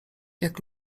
jak